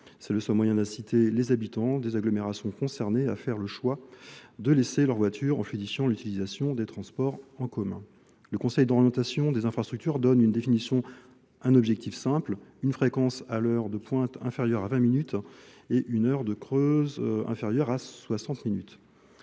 c'est le seul moyen de citer les habitants des agglomérations concernées à faire le choix de laisser leur voiture en fluidifiant des transports en commun. le conseils d'orientation des infrastructures donne une définition, un objectif simple, une fréquence à l'heure de pointe inférieure à 20 min et 1 h de creuse inférieure à 60 min.